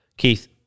Keith